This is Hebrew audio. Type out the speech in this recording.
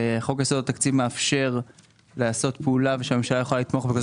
חוק יסודות התקציב מאפשר לעשות פעולה והממשלה יכולה לתמוך זה וזאת